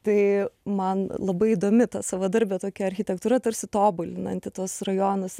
tai man labai įdomi ta savadarbė tokia architektūra tarsi tobulinanti tuos rajonus